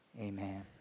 amen